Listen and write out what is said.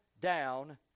down